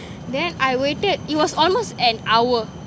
then I waited it was almost an hour